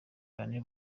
bane